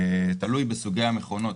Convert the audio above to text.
זה תלוי בסוגי המכונות.